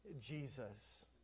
Jesus